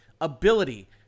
ability